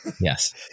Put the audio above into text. Yes